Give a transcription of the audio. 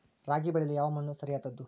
ರಾಗಿ ಬೆಳೆಯಲು ಯಾವ ಮಣ್ಣು ಸರಿಯಾದದ್ದು?